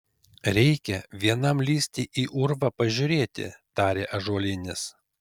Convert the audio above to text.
reikia vienam lįsti į urvą pažiūrėti tarė ąžuolinis